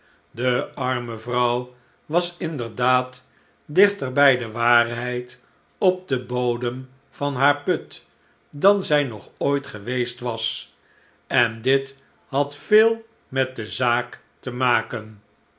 de arme vrouw was inderdaad dichter bij de waarheid op den bodem van haar put dan zij nog ooit geweest was en dit had veel met de zaak te maken